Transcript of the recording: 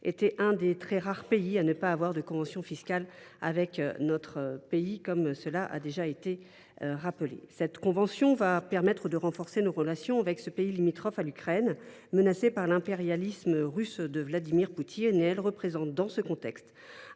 était un des très rares pays à ne pas avoir de convention fiscale avec notre pays. Cette convention va permettre de renforcer nos relations avec ce pays limitrophe de l’Ukraine, menacé par l’impérialisme russe de Vladimir Poutine. Elle représente, dans ce contexte,